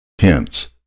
hence